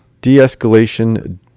De-escalation